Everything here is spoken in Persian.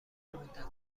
منتظر